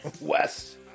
Wes